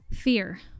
Fear